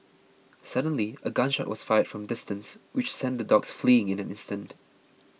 suddenly a gun shot was fired from a distance which sent the dogs fleeing in an instant